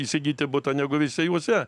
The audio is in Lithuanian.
įsigyti butą negu veisiejuose